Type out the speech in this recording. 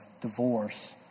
divorce